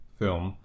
film